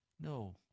No